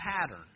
pattern